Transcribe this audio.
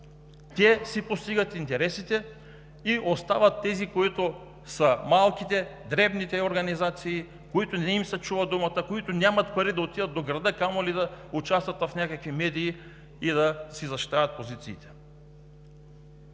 си постига интересите и остават малките, дребните организации, на които не им се чува думата, които нямат пари да отидат до града, камо ли да участват в медии и да си защитават позициите.